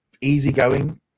easygoing